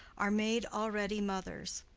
are made already mothers.